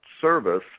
service